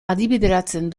adibideratzen